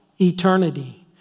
eternity